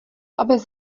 abys